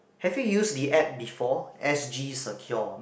have you use the app before S_G secure